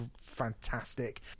fantastic